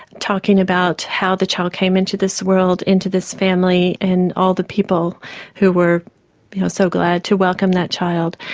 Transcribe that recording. talking about how the child came into this world, into this family and all the people who were you know so glad to welcome that child.